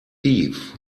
thief